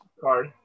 card